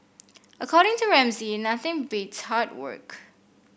according to Ramsay nothing beats hard work